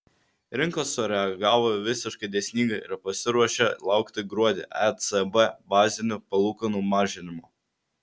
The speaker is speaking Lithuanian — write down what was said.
rinkos sureagavo visiškai dėsningai ir pasiruošė laukti gruodį ecb bazinių palūkanų mažinimo